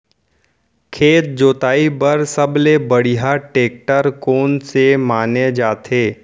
खेत जोताई बर सबले बढ़िया टेकटर कोन से माने जाथे?